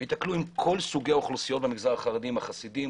וייתקלו עם כל סוגי האוכלוסיות במגזר החרדי - החסידים,